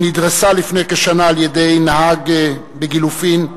שנדרסה לפני כשנה על-ידי נהג בגילופין,